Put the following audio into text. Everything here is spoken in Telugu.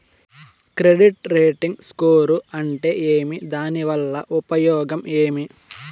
క్రెడిట్ రేటింగ్ స్కోరు అంటే ఏమి దాని వల్ల ఉపయోగం ఏమి?